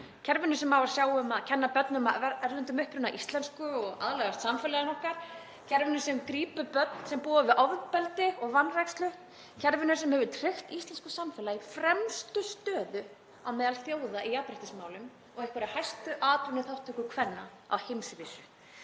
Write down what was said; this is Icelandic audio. kerfinu sem á að sjá um að kenna börnum af erlendum uppruna íslensku og aðlagast samfélaginu okkar, kerfinu sem grípur börn sem búa við ofbeldi og vanrækslu, kerfinu sem hefur tryggt íslensku samfélagi fremstu stöðu meðal þjóða í jafnréttismálum og einhverja hæstu atvinnuþátttöku kvenna á heimsvísu.